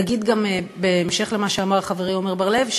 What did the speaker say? נגיד גם, בהמשך למה שאמר חברי עמר בר-לב,